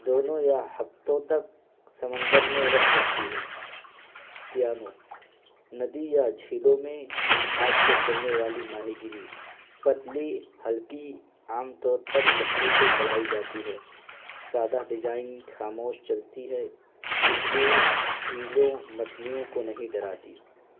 دونوں یا ہفتوں تک سمندر میں رہ سکتی ہے کینو ندی یا جھیلوں میں ہاتھ سے چلنے والی ماہی گیری پتلی ہلکی عام طور پر چپو سے چلائی جاتی ہے سادہ ڈیزائن خاموش چلتی ہے اس لیے جھیلوں مچھلیوں کو نہیں ڈراتی